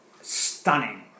Stunning